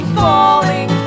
falling